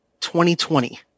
2020